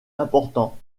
important